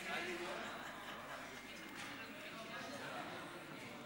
חבר הכנסת יואל חסון מתנגד